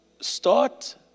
Start